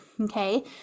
okay